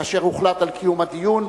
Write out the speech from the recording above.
כאשר הוחלט על קיום הדיון,